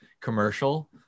commercial